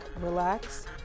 relax